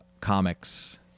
comics